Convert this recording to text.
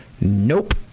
Nope